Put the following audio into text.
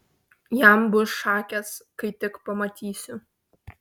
jam bus šakės kai tik pamatysiu